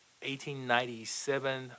1897